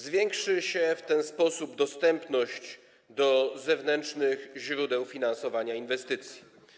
Zwiększy się w ten sposób dostępność zewnętrznych źródeł finansowania inwestycji.